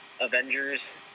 Avengers